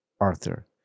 Arthur